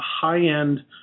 high-end